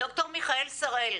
דוקטור מיכאל שראל.